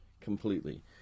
completely